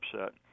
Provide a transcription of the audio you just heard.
upset